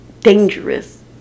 dangerous